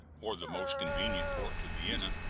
or the most convenient port to vienna,